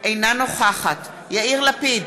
אינה נוכחת יאיר לפיד,